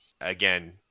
Again